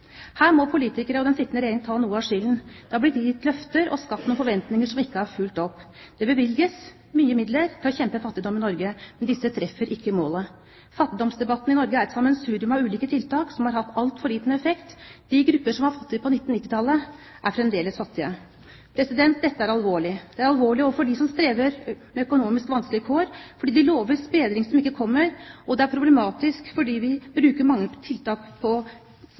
Her må politikere og den sittende regjering ta noe av skylden. Det har blitt gitt løfter og skapt noen forventninger som ikke er fulgt opp. Det bevilges mye til å bekjempe fattigdom i Norge, men det treffer ikke målet. Fattigdomsdebatten i Norge er et sammensurium av ulike tiltak som har hatt altfor liten effekt. De grupper som var fattige på 1990-tallet, er fremdeles fattige. Dette er alvorlig. Det er alvorlig for dem som strever med økonomisk vanskelige kår, fordi de loves bedring som ikke kommer, og det er problematisk fordi vi bruker mye på ting som ikke virker. Kjennetegnet på